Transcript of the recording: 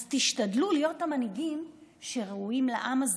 אז תשתדלו להיות המנהיגים שראויים לעם הזה,